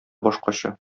башкача